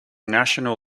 national